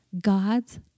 God's